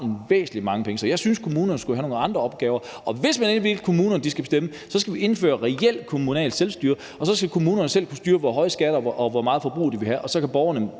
rigtig mange penge. Så jeg synes, kommunerne skulle have nogle andre opgaver. Hvis man endelig ville have, at kommunerne skulle bestemme, så skulle vi indføre reelt kommunalt selvstyre, og så skulle kommunerne selv kunne styre, hvor høje skatter og hvor meget forbrug de ville have, og så kunne borgerne,